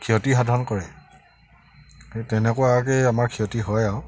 ক্ষতি সাধন কৰে সেই তেনেকুৱাকৈ আমাৰ ক্ষতি হয় আৰু